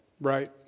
right